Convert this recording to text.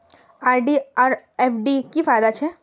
RD R FD की फ़ायदा छे?